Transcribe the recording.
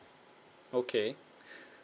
okay